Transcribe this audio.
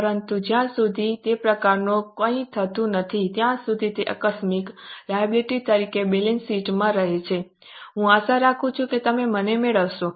પરંતુ જ્યાં સુધી તે પ્રકારનું કંઈ થતું નથી ત્યાં સુધી તે આકસ્મિક લાયબિલિટી તરીકે બેલેન્સ શીટમાં રહે છે હું આશા રાખું છું કે તમે મને મેળવશો